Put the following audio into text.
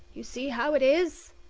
you see how it is?